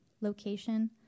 location